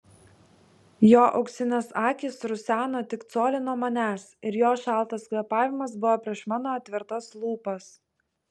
jo auksinės akys ruseno tik colį nuo manęs ir jo šaltas kvėpavimas buvo prieš mano atvertas lūpas